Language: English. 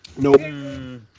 Nope